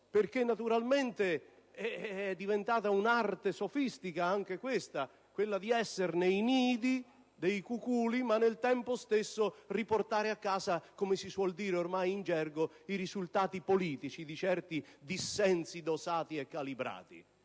perché naturalmente è diventata un'arte sofistica anche quella di essere nidi dei cuculi e al tempo stesso riportare a casa - come si suol dire ormai in gergo - i risultati politici di certi dissensi dosati e calibrati.